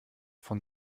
von